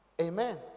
Amen